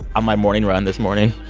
on my morning run this morning,